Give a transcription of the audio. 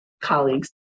colleagues